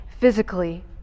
physically